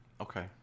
Okay